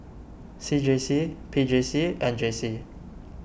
C J C P J C and J C